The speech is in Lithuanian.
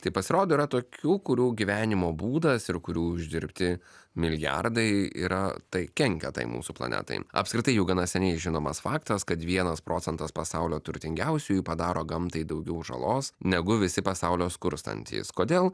tai pasirodo yra tokių kurių gyvenimo būdas ir kurių uždirbti milijardai yra tai kenkia tai mūsų planetai apskritai jau gana seniai žinomas faktas kad vienas procentas pasaulio turtingiausiųjų padaro gamtai daugiau žalos negu visi pasaulio skurstantys kodėl